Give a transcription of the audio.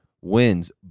wins